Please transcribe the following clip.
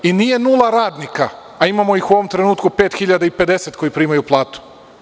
I nije nula radnika, a imamo ih u ovom trenutku 5.050 koji primaju platu.